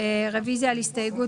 זה ההבדל מתקנות רגילות.